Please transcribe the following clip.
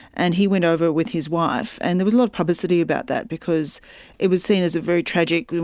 and he went over with his wife. and there was a lot of publicity about that because it was seen as a very tragic,